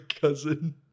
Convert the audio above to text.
cousin